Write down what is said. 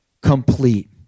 complete